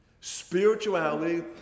Spirituality